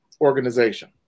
organization